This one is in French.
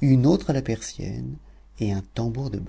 une autre à la persienne et un tambour de